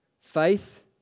faith